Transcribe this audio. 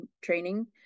training